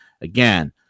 again